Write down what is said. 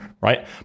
right